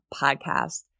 Podcast